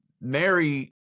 Mary